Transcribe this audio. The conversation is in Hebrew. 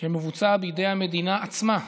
שמבוצע בידי המדינה עצמה,